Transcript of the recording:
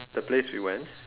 the place we went